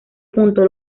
punto